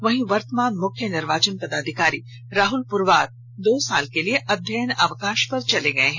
वहीं वर्तमान मुख्य निर्वाचन पदाधिकारी राहुल पुरवार दो साल के लिए अध्ययन अवकाश पर चले गए हैं